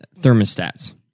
thermostats